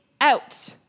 out